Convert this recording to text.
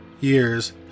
Years